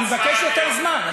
אני מבקש יותר זמן.